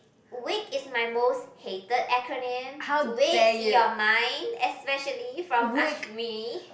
wake is my most hated acronym wake your mind especially from Ashmi